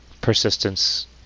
persistence